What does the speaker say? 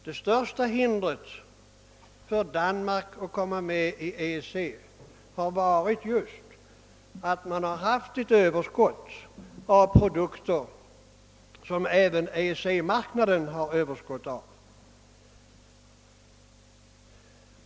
Det största hindret för Danmark att komma med i EEC har nog varit just det förhållandet att man haft ett överskott av produkter, som även EEC marknaden har överskott av.